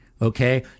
Okay